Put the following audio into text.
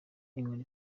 inkoni